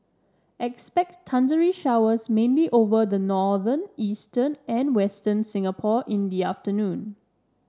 expect thundery showers mainly over the northern eastern and western Singapore in the afternoon